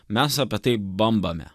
mes apie tai bambame